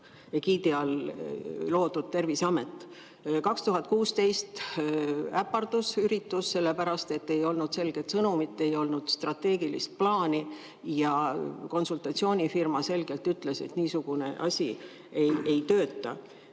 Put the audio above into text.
egiidi all loodud Terviseamet. Aastal 2016 äpardus üritus sellepärast, et ei olnud selget sõnumit, ei olnud strateegilist plaani ja konsultatsioonifirma ütles selgelt, et niisugune asi ei tööta.